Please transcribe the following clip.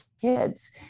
kids